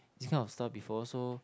this kind of stuff before so